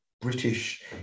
British